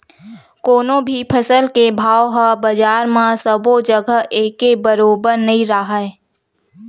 कोनो भी फसल के भाव ह बजार म सबो जघा एके बरोबर नइ राहय